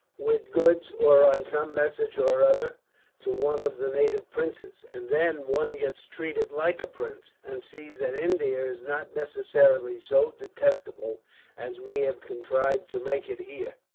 with goods or on some message or other to one of the native princes, and then one gets treated like a prince, and sees that india is not necessarily so detestable as we have contrived to make it here.